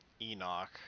Enoch